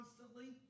constantly